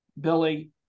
Billy